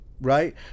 right